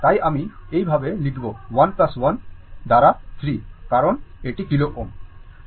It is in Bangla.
তাই আমি এই ভাবে লিখব 1 1 দ্বারা 3 কারণ এটি kilo Ω